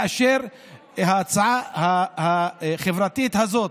מאשר ההצעה החברתית הזאת.